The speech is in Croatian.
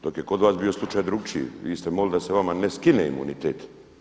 Dok je kod vas bio slučaj drukčiji, vi ste molili da se vama ne skine imunitet.